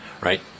right